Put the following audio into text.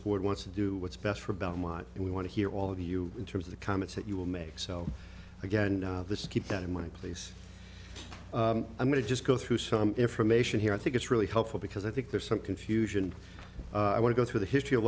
board wants to do what's best for belmont and we want to hear all of you in terms of the comments that you will make so again this is keep that in my place i'm going to just go through some information here i think it's really helpful because i think there's some confusion i want to go through the history of